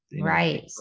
right